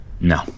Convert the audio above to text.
No